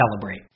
celebrate